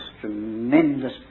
tremendous